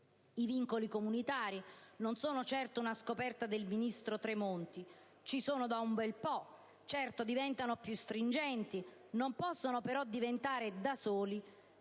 I vincoli comunitari non sono certo una scoperta del ministro Tremonti. Ci sono da un bel po' e certo diventano più stringenti ma non possono diventare in